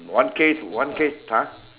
one case one case !huh!